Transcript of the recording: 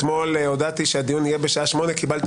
אתמול הודעתי שהדיון יהיה בשעה 8:00 וקיבלתי